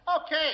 Okay